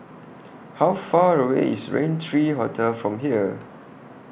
How Far away IS Raintr three Hotel from here